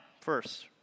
first